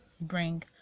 bring